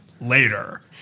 later